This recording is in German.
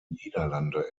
niederlande